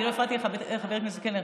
אני לא הפרעתי לך, חבר הכנסת קלנר.